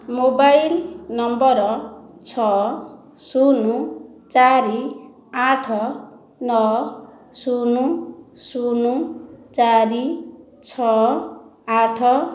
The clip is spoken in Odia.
ମୋବାଇଲ୍ ନମ୍ବର ଛଅ ଶୂନ ଚାରି ଆଠ ନଅ ଶୂନ ଶୂନ ଚାରି ଛଅ ଆଠ